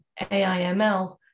AIML